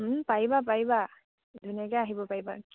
পাৰিবা পাৰিবা ধুনীয়াকে আহিব পাৰিবা